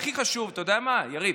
והכי חשוב, אתה יודע מה, יריב,